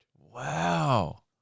wow